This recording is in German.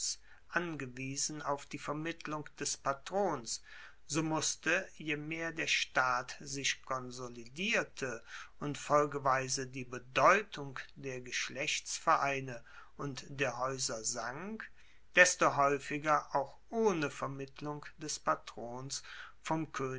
angewiesen auf die vermittlung des patrons so musste je mehr der staat sich konsolidierte und folgeweise die bedeutung der geschlechtsvereine und der haeuser sank desto haeufiger auch ohne vermittlung des patrons vom